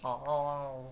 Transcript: oh oh